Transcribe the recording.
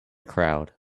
crowd